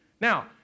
Now